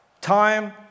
time